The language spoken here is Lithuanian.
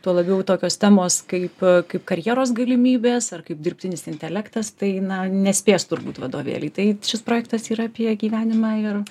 tuo labiau tokios temos kaip kaip karjeros galimybės ar kaip dirbtinis intelektas tai na nespės turbūt vadovėliai tai šis projektas yra apie gyvenimą ir